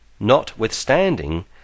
Notwithstanding